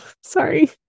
Sorry